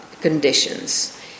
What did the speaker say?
conditions